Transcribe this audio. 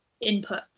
input